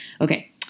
Okay